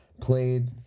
played